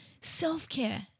Self-care